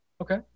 Okay